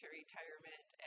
retirement